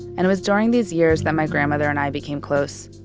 and it was during these years that my grandmother and i became close.